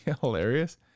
hilarious